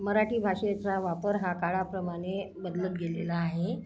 मराठी भाषेचा वापर हा काळाप्रमाणे बदलत गेलेला आहे